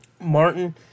Martin